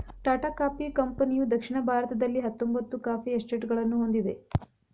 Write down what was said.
Tata coffee ಕಂಪನಿಯುದಕ್ಷಿಣ ಭಾರತದಲ್ಲಿಹತ್ತೊಂಬತ್ತು coffee ಎಸ್ಟೇಟ್ಗಳನ್ನು ಹೊಂದಿದೆ